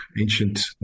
ancient